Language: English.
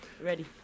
ready